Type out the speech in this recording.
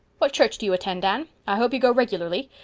what church do you attend, anne? i hope you go regularly.